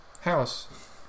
house